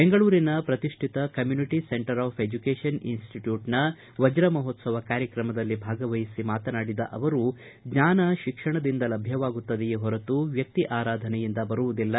ಬೆಂಗಳೂರಿನ ಪ್ರತಿಷ್ಠಿತ community centre of education ಇನ್ಸಿಟ್ಯೂಟ್ನ ವಜ್ರಮಹೋತ್ತವ ಕಾರ್ಯಕ್ರಮದಲ್ಲಿ ಭಾಗವಹಿಸಿ ಮಾತನಾಡಿದ ಅವರು ಜ್ವಾನ ತಿಕ್ಷಣದಿಂದ ಲಭ್ಯವಾಗುತ್ತದೆಯೇ ಹೊರತು ವ್ಯಕ್ತಿ ಆರಾಧನೆಯಿಂದ ಬರುವುದಿಲ್ಲ